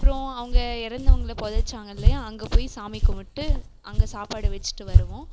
அப்றம் அவங்க இறந்தவங்கள பொதைச்சாங்க இல்லையா அங்கே போய் சாமி கும்பிட்டு அங்கே சாப்பாடு வெச்சிட்டு வருவோம்